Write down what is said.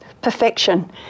perfection